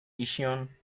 incheon